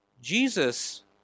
Jesus